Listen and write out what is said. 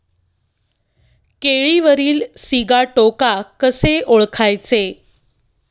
केळीवरील सिगाटोका कसे ओळखायचे?